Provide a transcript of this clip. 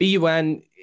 bun